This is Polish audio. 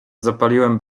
zapaliłem